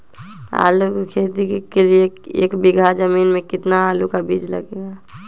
आलू की खेती के लिए एक बीघा जमीन में कितना आलू का बीज लगेगा?